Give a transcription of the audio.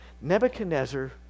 Nebuchadnezzar